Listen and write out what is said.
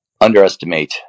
underestimate